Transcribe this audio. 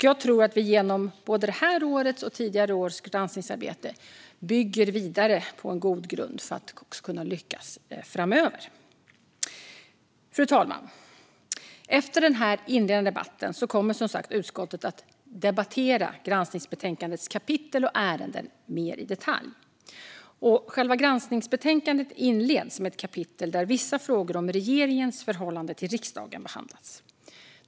Jag tror att vi genom årets och även tidigare års granskningsarbete bygger vidare på en god grund för att kunna lyckas även framöver. Fru talman! Efter den inledande debatten kommer utskottet som sagt att debattera granskningsbetänkandets kapitel och ärenden mer i detalj. Granskningsbetänkandet inleds med ett kapitel där vissa frågor om regeringens förhållande till riksdagen behandlas.